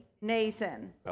nathan